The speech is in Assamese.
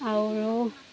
আৰু